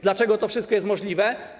Dlaczego to wszystko jest możliwe?